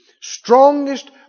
strongest